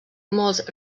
molts